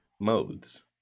modes